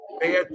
bad